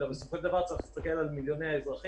אלא בסופו של דבר צריך להסתכל על מיליוני האזרחים